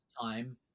time